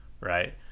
right